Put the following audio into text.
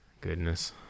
goodness